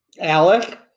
Alec